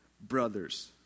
brothers